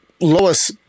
Lois